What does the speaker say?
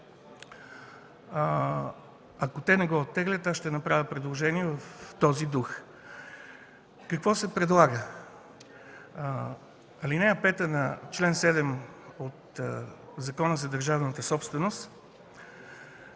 Ако те не го оттеглят, аз ще направя предложение в този дух. Какво се предлага? Алинея 5 на чл. 7 от Закона за държавната собственост